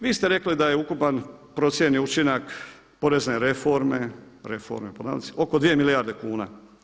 Vi ste rekli da je ukupan procijenjeni učinak porezne reforme, reforme … oko 2 milijarde kuna.